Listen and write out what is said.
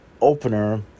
opener